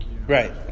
Right